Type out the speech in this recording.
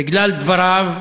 בגלל דבריו,